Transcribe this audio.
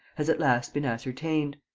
has at last been ascertained.